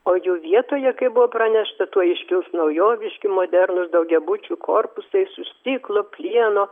o jų vietoje kaip buvo pranešta tuoj iškils naujoviški modernūs daugiabučių korpusai su stiklo plieno